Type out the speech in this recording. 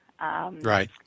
Right